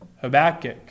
Habakkuk